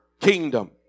kingdom